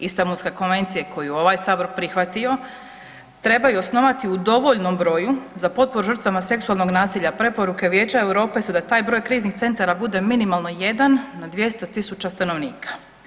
Istambulske konvencije koju je ovaj Sabor prihvatio, treba i osnovati u dovoljnom broju za potporu žrtvama seksualnog nasilja, preporuke Vijeća Europe su da taj broj kriznih centara bude minimalno jedan na 200.000 stanovnika.